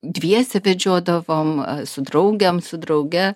dviese vedžiodavom su draugėm su drauge